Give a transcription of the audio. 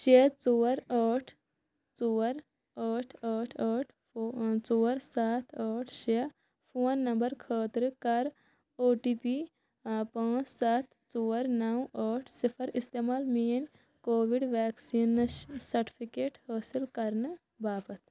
شےٚ ژور ٲٹھ ژور ٲٹھ ٲٹھ ٲٹھ ژور سَتھ ٲٹھ شےٚ فون نمبر خٲطرٕ کر او ٹی پی پانژھ ستھ ژور نو أٹھ صِفر استعمال میٲنۍ کووِڈ ویکسِنیشن سرٹِفتیٹ حٲصِل کرنہٕ باپتھ